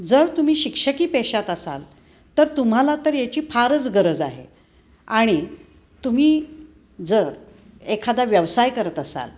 जर तुम्ही शिक्षकी पेशात असाल तर तुम्हाला तर याची फारच गरज आहे आणि तुम्ही जर एखादा व्यवसाय करत असाल